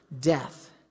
death